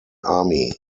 army